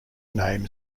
name